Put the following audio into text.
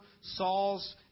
Saul's